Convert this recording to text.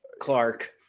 Clark